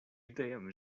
udajemy